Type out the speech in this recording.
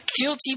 Guilty